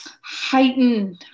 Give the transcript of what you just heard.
heightened